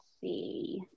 see